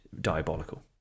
diabolical